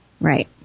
Right